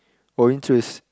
or interest